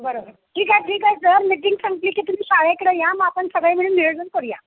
बरं बरं ठीक आहे ठीक आहे सर मीटिंग संपली की तुम्ही शाळेकडं या मग आपण सगळे मिळून नियोजन करूया